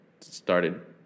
started